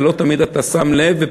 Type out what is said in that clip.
לא תמיד אתה שם לב,